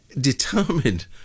determined